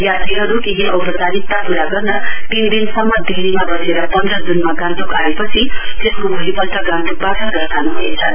यात्रीहरू केही औपचारिकता पूरा गर्न तीन दिनसम्म दिल्लीमा बसेर पन्ध जूनमा गान्तोक आएपछि त्यसको भोलिपल्ट गान्तोकबाट प्रस्थान ह्नेछन्